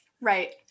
Right